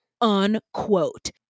Unquote